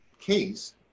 case